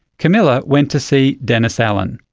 camilla went to see dennis allan.